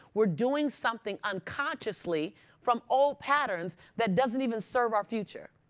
we're doing something unconsciously from old patterns that doesn't even serve our future.